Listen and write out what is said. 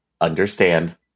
understand